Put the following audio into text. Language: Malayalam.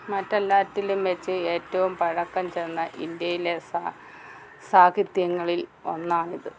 മറ്റെല്ലാത്തിലും വെച്ച് ഏറ്റവും പഴക്കം ചെന്ന ഇന്ത്യയിലെ സാഹിത്യം സാഹിത്യങ്ങളിൽ ഒന്നാണിത്